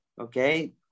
okay